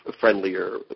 friendlier